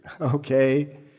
Okay